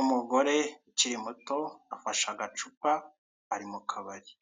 Umugore ukiri muto afashe agacupa ari mu kabari.